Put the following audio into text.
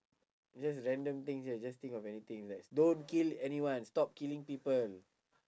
just random things eh just think of anything like don't kill anyone stop killing people